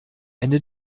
ende